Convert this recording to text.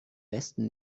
besten